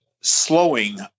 slowing